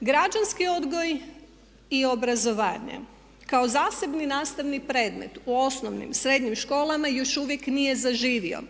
Građanski odgoj i obrazovanje kao zasebni nastavni predmet u osnovnim, srednjim školama još uvijek nije zaživio.